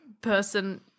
person